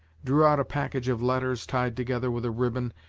drew out a package of letters tied together with a ribbon,